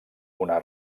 una